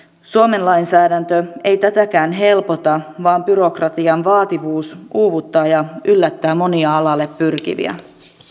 suomen lainsäädäntö ei tätäkään helpota vaan byrokratian vaativuus uuvuttaa ja yllättää monia alalle pyrkiviä